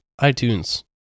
iTunes